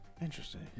Interesting